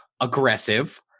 aggressive